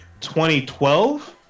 2012